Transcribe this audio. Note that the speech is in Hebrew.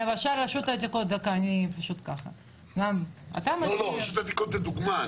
למשל רשות העתיקות --- רשות העתיקות זו דוגמה,